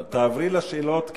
תעברי לשאלות,